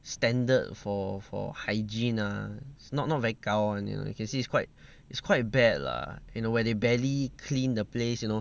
standard for for hygiene ah not not very 高 you know you can see it's quite it's quite bad lah you know where they barely clean the place you know